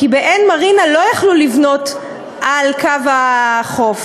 כי באין מרינה לא יכלו לבנות על קו החוף.